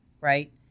right